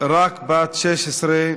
רק בת 16,